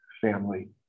family